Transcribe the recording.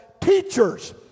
teachers